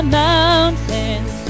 mountains